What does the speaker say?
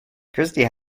christy